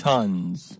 Tons